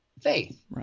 faith